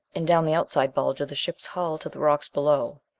and down the outside bulge of the ship's hull, to the rocks below.